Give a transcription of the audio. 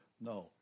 No